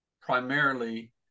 primarily